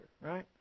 right